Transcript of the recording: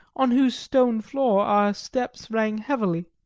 on whose stone floor our steps rang heavily.